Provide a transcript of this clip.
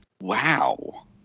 wow